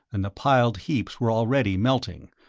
and the piled heaps were already melting,